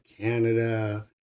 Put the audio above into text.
Canada